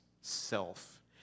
self